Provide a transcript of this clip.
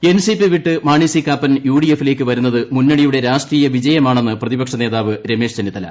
Kappan NCP വിട്ട് മാണി ് സികാപ്പൻ യുഡിഎഫിലേക്ക് വരുന്നത് മുന്നണിയുടെ രാഷ്ട്രീയ വിജയമാണെന്ന് പ്രതിപക്ഷ നേതാവ് രമേശ് ചെന്നിത്തല